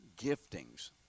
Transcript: giftings